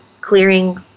clearing